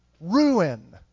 Ruin